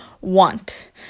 want